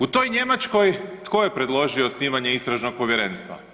U toj Njemačkoj tko je predložio osnivanje Istražnog povjerenstva?